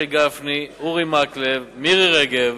משה גפני, אורי מקלב, מירי רגב,